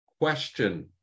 question